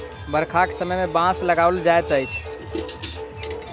बरखाक समय मे बाँस लगाओल जाइत अछि